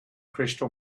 crystal